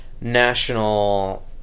national